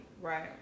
Right